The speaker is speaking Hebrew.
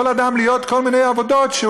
יכול אדם להיות בכל מיני עבודות שהוא